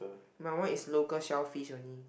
my one is local shellfish only